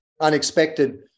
unexpected